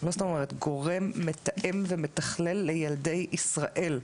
לא סתם אני אומרת, גורם מתאם ומתכלל לילדי ישראל.